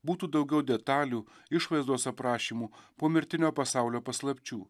būtų daugiau detalių išvaizdos aprašymų pomirtinio pasaulio paslapčių